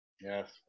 yes